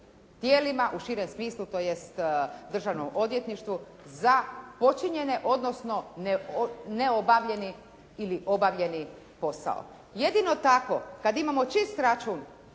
tijelima, u širem smislu to jest Državnom odvjetništvu za počinjene odnosno neobavljeni ili obavljeni posao. Jedino tako kada imamo čist račun,